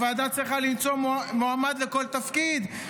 הוועדה צריכה למצוא מועמד לכל תפקיד,